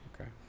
Okay